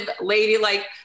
ladylike